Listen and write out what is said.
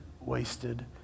wasted